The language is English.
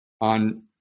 on